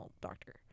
doctor